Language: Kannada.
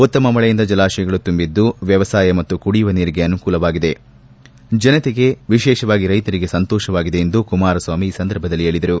ಉತ್ತಮ ಮಳೆಯಿಂದ ಜಲಾಶಯಗಳು ತುಂಬಿದ್ದು ವ್ಯವಸಾಯ ಮತ್ತು ಕುಡಿಯುವ ನೀರಿಗೆ ಅನುಕೂಲವಾಗಿದೆ ಜನತೆಗೆ ವಿಶೇಷವಾಗಿ ರೈತರಿಗೆ ಸಂತೋಷವಾಗಿದೆ ಎಂದು ಕುಮಾರಸ್ವಾಮಿ ಈ ಸಂದರ್ಭದಲ್ಲಿ ಹೇಳಿದರು